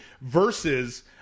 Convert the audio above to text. versus